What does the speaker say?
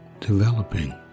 developing